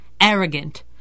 Arrogant